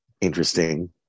Interesting